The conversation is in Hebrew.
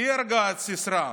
היא הרגה את סיסרא.